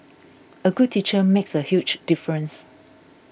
a good teacher makes a huge difference